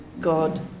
God